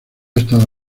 estado